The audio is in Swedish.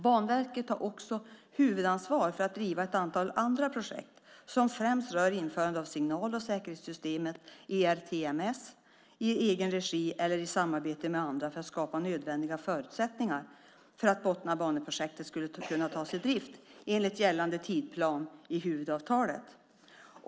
Banverket har också huvudansvar för att driva ett antal andra projekt som främst rör införande av signal och säkerhetssystemet ERTMS i egen regi eller i samarbete med andra för att skapa nödvändiga förutsättningar för att Botniabanan skulle kunna tas i drift enligt gällande tidsplan i huvudavtalet.